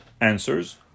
answers